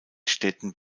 städten